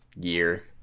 year